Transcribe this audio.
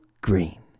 green